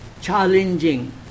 challenging